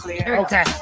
Okay